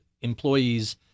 employees